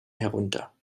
herunter